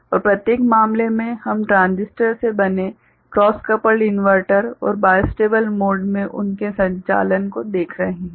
और प्रत्येक मामले में हम ट्रांजिस्टर से बने क्रॉस कपल्ड इनवर्टर और बाइस्टेबल मोड में उनके संचालन को देख रहे हैं